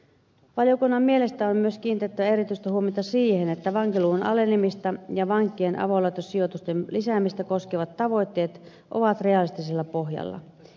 valiokunnan mielestä on myös kiinnitettävä erityistä huomiota siihen että vankiluvun alenemista ja vankien avolaitossijoitusten lisäämistä koskevat tavoitteet ovat realistisella pohjalla